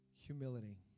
humility